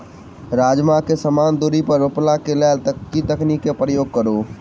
राजमा केँ समान दूरी पर रोपा केँ लेल केँ तकनीक केँ प्रयोग करू?